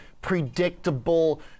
predictable